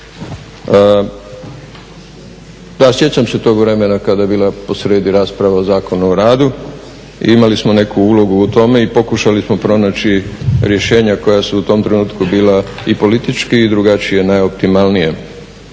da sjećam se tog vremena kada je bila posrijedi rasprava Zakona o radu, imali smo neku ulogu u tome i pokušali smo pronaći rješenja koja su u tom trenutku bila i politički i drugačija najoptimalnija.